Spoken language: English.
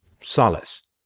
solace